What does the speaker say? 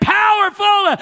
powerful